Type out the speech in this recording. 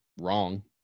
wrong